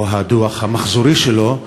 או הדוח המחזורי שלו,